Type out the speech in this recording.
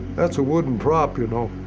that's a wooden prop, you know.